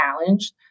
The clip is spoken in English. challenged